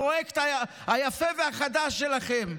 הפרויקט היפה והחדש שלכם,